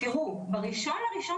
באוכלוסייה צעירה.